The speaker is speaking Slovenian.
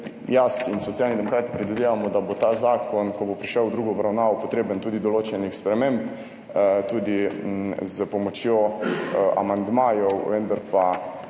Jaz in Socialni demokrati predvidevamo, da bo ta zakon, ko bo prišel v drugo obravnavo, potreben določenih sprememb, tudi s pomočjo amandmajev, vendar pa